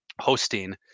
hosting